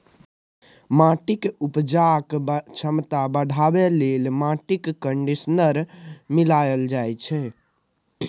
माटिक उपजेबाक क्षमता बढ़ेबाक लेल माटिमे कंडीशनर मिलाएल जाइत छै